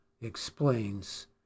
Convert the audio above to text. explains